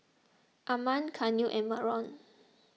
Armand Carnell and Marion